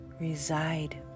reside